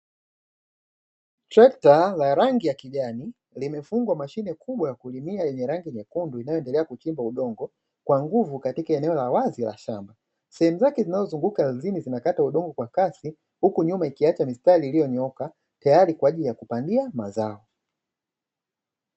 Trekta la rangi ya kijani limefungwa mashine kubwa ya kulimia yenye rangi nyekundu inayoendelea kuchimba udongo kwa nguvu katika eneo la wazi la shamba. Sehemu zake zinazozunguka ardhini zinakata udongo kwa kasi, huku nyuma ikiacha mistari iliyonyooka tayari kwa ajili ya kupandia mwenzangu.